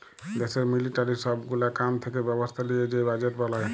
দ্যাশের মিলিটারির সব গুলা কাম থাকা ব্যবস্থা লিয়ে যে বাজেট বলায়